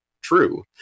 true